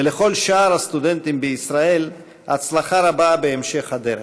ולכל שאר הסטודנטים בישראל, הצלחה רבה בהמשך הדרך.